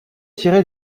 tiré